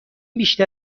بیشتر